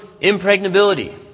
impregnability